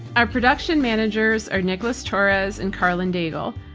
our production managers are nicholas torres and karlyn daigle.